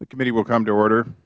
the committee will come to order